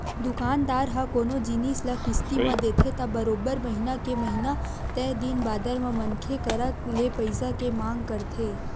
दुकानदार ह कोनो जिनिस ल किस्ती म देथे त बरोबर महिना के महिना तय दिन बादर म मनखे करा ले पइसा के मांग करथे